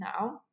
now